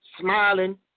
smiling